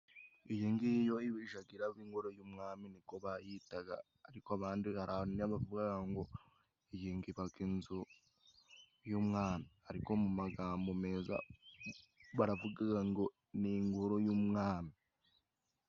Iyi ngiyi yo ijya iraba ingororo y'umwami ni ko bayitaga, ariko abandi hari n'abavuga ngo iyi ngo iba inzu y'umwami, ariko mu magambo meza baravuga ngo ni ingoro y'umwami.